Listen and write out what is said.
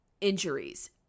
injuries